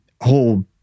whole